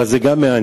אבל גם זה מעניין.